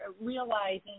realizing